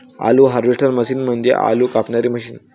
आलू harvester machine म्हणजे आलू कापणारी मशीन